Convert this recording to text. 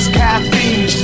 caffeine